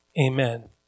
amen